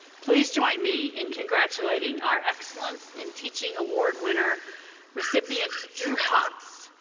please join me in congratulating our excellence in teaching award winner recipient drew potts,